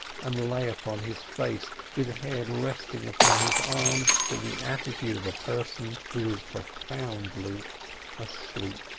and lay upon his face, with head resting upon his arms in the attitude of a person who is profoundly asleep.